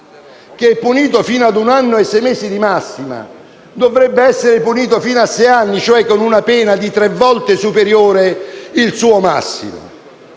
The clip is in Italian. che è punito fino a un anno e sei mesi di massima, dovrebbe essere punito fino a sei anni, cioè con una pena tre volte superiore il suo massimo?